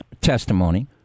testimony